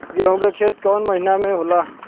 गेहूं के खेती कौन महीना में होला?